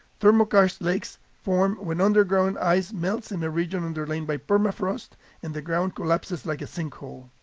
thermokarst lakes form when underground ice melts in a region underlain by permafrost and the ground collapses like a sinkhole.